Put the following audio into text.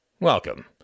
Welcome